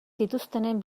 dituztenen